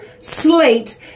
Slate